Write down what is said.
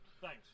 Thanks